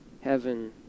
heaven